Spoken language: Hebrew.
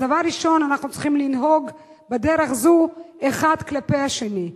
אז דבר ראשון אנחנו צריכים לנהוג בדרך זו אחד כלפי השני,